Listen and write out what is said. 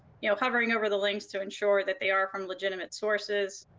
you know hovering over the links to ensure that they are from legitimate sources.